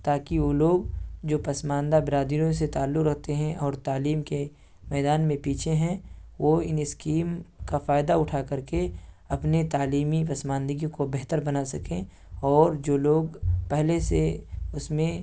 تاکہ وہ لوگ جو پسماندہ برادریوں سے تعلق رکھتے ہیں اور تعلیم کے میدان میں پیچھے ہیں وہ ان اسکیم کا فائدہ اٹھا کر کے اپنے تعلیمی پسماندگی کو بہتر بنا سکیں اور جو لوگ پہلے سے اس میں